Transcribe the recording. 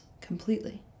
completely